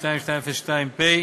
פ/2202,